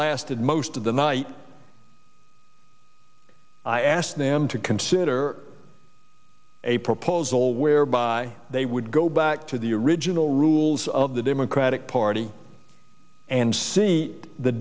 lasted most of the night i asked them to consider a proposal whereby they would go back to the original rules of the democratic party and see the